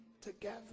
together